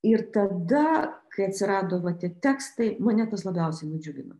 ir tada kai atsirado va tie tekstai mane tas labiausiai nudžiugino